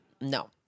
no